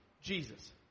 Jesus